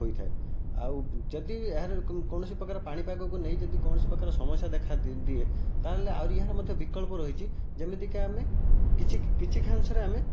ହୋଇଥାଏ ଆଉ ଯଦି ଏହାର କୌଣସି ପ୍ରକାର ପାଣିପାଗକୁ ନେଇ ଯଦି କୌଣସି ପ୍ରକାର ସମସ୍ୟା ଦେଖାଦିଏ ତାହେଲେ ଆହୁରି ଏହାର ମଧ୍ୟ ବିକଳ୍ପ ମଧ୍ୟ ରହିଛି ଯେମିତିକି ଆମେ କିଛି କାଂଶରେ ଆମେ